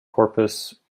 corpus